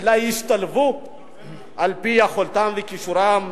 אלא ישתלבו לפי יכולתם וכשרונם,